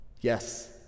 yes